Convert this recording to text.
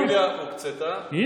פדופיליה הוקצתה, לא לא לא.